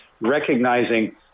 Recognizing